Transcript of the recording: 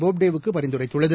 போப்டே வுக்கு பரிந்துரைத்துள்ளது